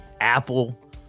Apple